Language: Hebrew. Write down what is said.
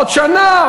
עוד שנה,